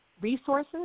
resources